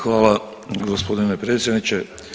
Hvala gospodine predsjedniče.